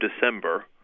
December